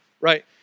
right